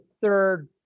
third